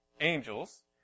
angels